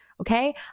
Okay